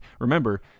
remember